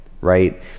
right